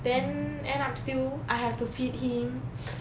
then end up still I have to feed him